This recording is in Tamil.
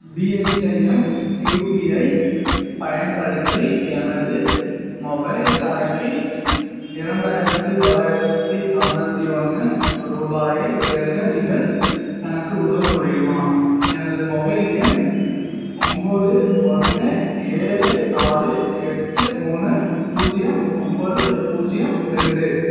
பிஎச்ஐஎம் யுபிஐ பயன்படுத்தி எனது மொபைல் கணக்கில் இரண்டாயிரத்தி தொள்ளாயிரத்தி தொண்ணூற்றி ஒன்று ரூபாயை சேர்க்க நீங்கள் எனக்கு உதவ முடியுமா எனது மொபைல் எண் ஒம்போது ஒன்று ஏழு நாலு எட்டு மூணு பூஜ்ஜியம் ஒம்போது பூஜ்ஜியம் ரெண்டு